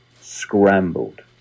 scrambled